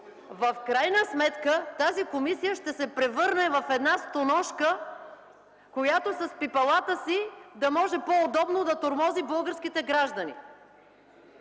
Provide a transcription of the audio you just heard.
В крайна сметка, тази комисия ще се превърне в стоножка, която с пипалата си да може по-удобно да тормози българските граждани.